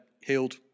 healed